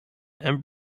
and